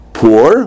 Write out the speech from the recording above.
poor